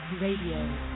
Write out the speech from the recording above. Radio